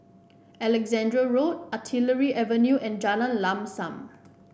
Alexandra Road Artillery Avenue and Jalan Lam Sam